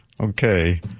Okay